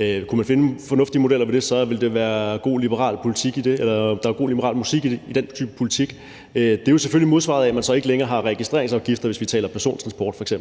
regi af overvågning osv., ville der være god liberal musik i den type politik. Det er selvfølgelig modsvaret af, at man så ikke længere har registreringsafgifter, hvis vi taler om f.eks. persontransport.